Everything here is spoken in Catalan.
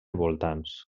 voltants